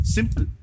Simple